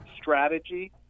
strategy